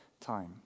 time